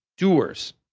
doers.